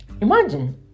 Imagine